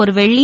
ஒரு வெள்ளி